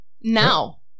now